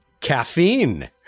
Caffeine